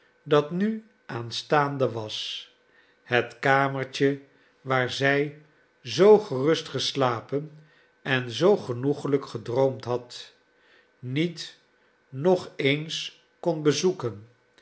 dat nu aanstaande was het kamertje waar zij zoo gerust geslapen en zoo genoeglijk gedroomd had niet nog eens kon bezoeken